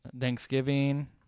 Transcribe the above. thanksgiving